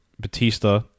Batista